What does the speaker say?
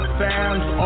fans